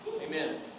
Amen